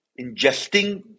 ingesting